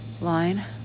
line